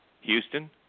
Houston